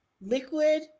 liquid